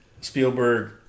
Spielberg